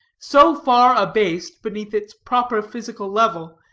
so far abased beneath its proper physical level,